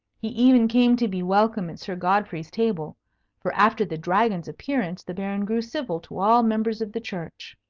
he even came to be welcome at sir godfrey's table for after the dragon's appearance, the baron grew civil to all members of the church.